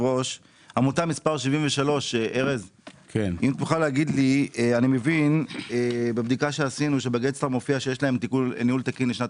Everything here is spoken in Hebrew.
עמותה מספר 73. אני מבין בבדיקה שעשינו שמופיע שיש להם ניהול תקין לשנת